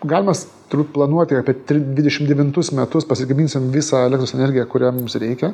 gal mes turbūt planuoti apie dvidešim devintus metus pasigaminsim visą elektros energiją kurią mums reikia